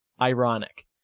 ironic